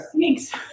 thanks